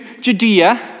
Judea